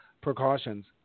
precautions